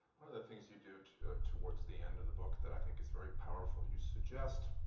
one of the things you do towards the end of the book that i think is very powerful, you suggest,